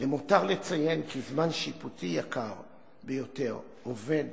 "למותר לציין, כי זמן שיפוטי יקר ביותר, אובד